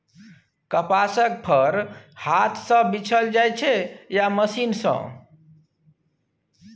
कपासक फर हाथ सँ बीछल जाइ छै या मशीन सँ